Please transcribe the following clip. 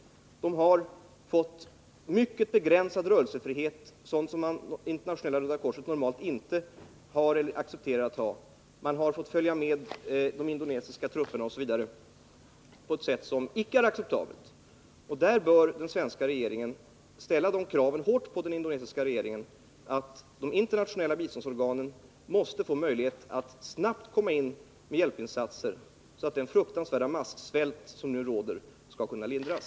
De har fått mycket begränsad rörelsefrihet, vilket Internationella röda korset normalt inte accepterar. De har fått följa med indonesiska trupper på ett sätt som inte är acceptabelt. Den svenska regeringen måste ställa krav på den indonesiska regeringen att internationella biståndsorgan måste få möjlighet att snabbt komma in med hjälpinsatser, så att den fruktansvärda massvält som nu råder kan lindras.